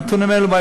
הנתונים האלה,